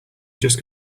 just